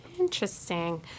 Interesting